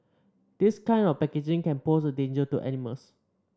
this kind of packaging can pose a danger to animals